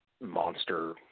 monster